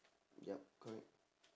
yup correct